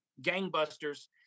gangbusters